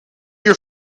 your